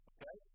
Okay